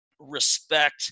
respect